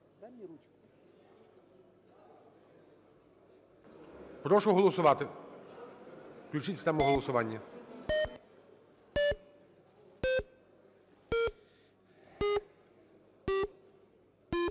Прошу голосувати, включіть систему голосування.